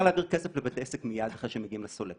להעביר כסף לבית עסק מייד אחרי שמגיעים לסולק.